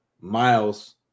miles